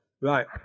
Right